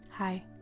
Hi